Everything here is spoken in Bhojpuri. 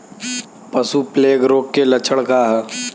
पशु प्लेग रोग के लक्षण का ह?